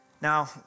Now